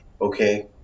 okay